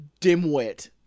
dimwit